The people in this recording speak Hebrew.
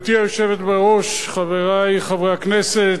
גברתי היושבת בראש, חברי חברי הכנסת,